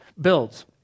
builds